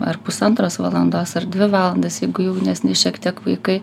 ar pusantros valandos ar dvi valandas jeigu jaunesni šiek tiek vaikai